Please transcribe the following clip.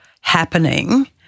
happening